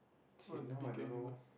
shit now I don't know